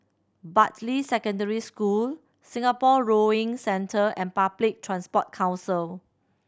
Bartley Secondary School Singapore Rowing Centre and Public Transport Council